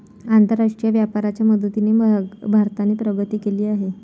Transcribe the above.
आंतरराष्ट्रीय व्यापाराच्या मदतीने भारताने प्रगती केली आहे